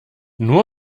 nur